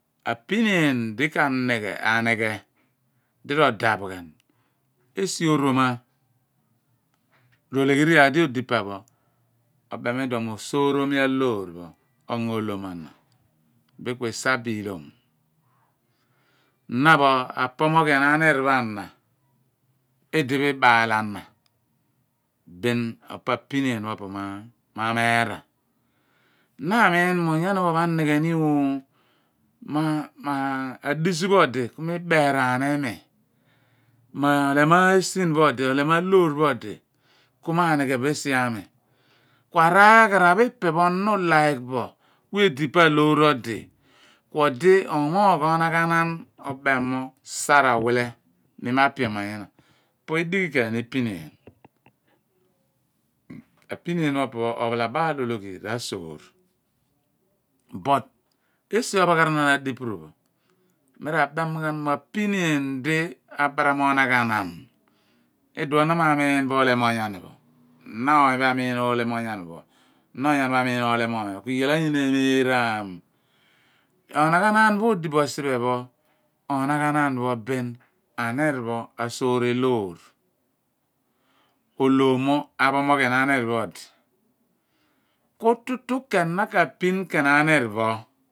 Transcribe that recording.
Apineeny di kanighe anighe di ro daph ghan esi oroma rologheri iyaar di odi pa pho obem iduon mo osoorom aloo pho pho ongo olom ana bin ka isabi ihlom, na pho apomoghian anir pho ana idipho ibaal ana bin ofo apinieeny pho po ma meera na amiin mo onyani pho ophon anighe ni ooo, ma adizu pho odi ku iberaan limi mo olem esin pho odi r´olem aloor pho odi ku m´anighe bu esi odi ku araaghara pho ipe na u|like bio ku edi pa loor odi ku odi omoogh onaghanan ibem mo sar awile mi ma pioman nyina po i/dighi ken ni pinieeny apinieeny pho opo, ophalobaal ologh. Ra/tol ghan but esi ophagharanaan adipuru pho adien mi ra bem ghan mo apinieeny di abaram onaghanam iduon na ma miin olem onyani pho na oony pho amiin olem onyani pho na onyani amiin olem oony pho ku iyai pho anyina emeraan. Onaghanam mo odi bo sien pho onaghanam mo bin ahnir pho asoore loor ku ohlom mo apomoghian anir pho odi ku tuth ken na ka pin ken ni anii pho.